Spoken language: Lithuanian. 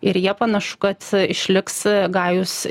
ir jie panašu kad išliks gajūs